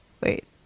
wait